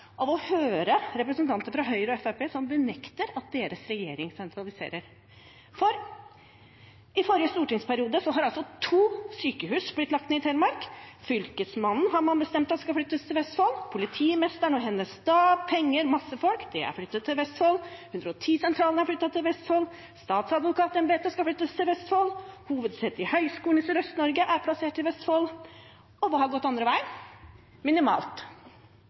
av å høre representanter fra Høyre og Fremskrittspartiet som benekter at deres regjering sentraliserer. I forrige stortingsperiode ble to sykehus i Telemark lagt ned. Fylkesmannsembetet har man bestemt skal flyttes til Vestfold, politimesteren og hennes stab, penger, mange folk, er flyttet til Vestfold, 110-sentralen er flyttet til Vestfold, statsadvokatembetet skal flyttes til Vestfold, hovedsetet for Høgskolen i Sørøst-Norge er plassert i Vestfold. Og hva har gått den andre veien? Minimalt.